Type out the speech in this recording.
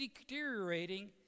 deteriorating